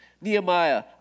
Nehemiah